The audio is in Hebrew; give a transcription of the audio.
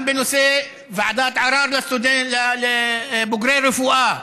גם בנושא ועדת ערר לבוגרי רפואה,